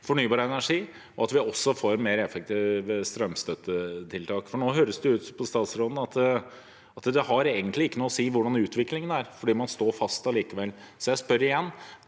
fornybar energi, og at vi også får mer effektive strømstøttetiltak. Nå høres det ut på statsråden som det egentlig ikke har noe å si hvordan utviklingen er, fordi man allikevel står fast. Så jeg spør igjen: